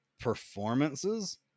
performances